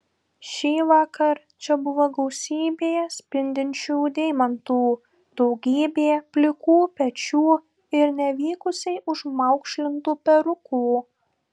šįvakar čia buvo gausybė spindinčių deimantų daugybė plikų pečių ir nevykusiai užmaukšlintų perukų